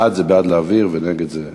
בעד זה בעד להעביר ונגד זה נגד.